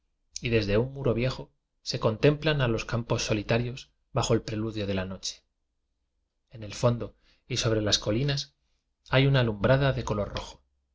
y desde un muro viejo se contemplan á los campos solitarios bajo el as r be nocde en el fondo y sobre co mas hay una lumbrada de color rojo